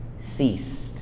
ceased